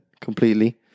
completely